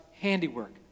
handiwork